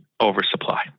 oversupply